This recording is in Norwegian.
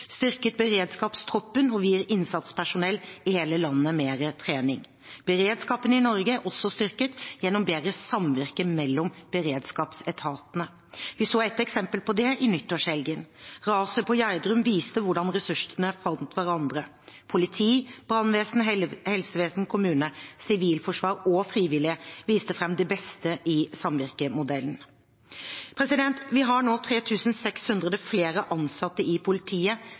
styrket beredskapstroppen, og vi gir innsatspersonell i hele landet mer trening. Beredskapen i Norge er også styrket gjennom bedre samvirke mellom beredskapsetatene. Vi så et eksempel på det i nyttårshelgen. Raset i Gjerdrum viste hvordan ressursene fant hverandre. Politi, brannvesen, helsevesen, kommune, Sivilforsvaret og frivillige viste fram det beste i samvirkemodellen. Vi har nå 3 600 flere ansatte i politiet